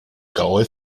graue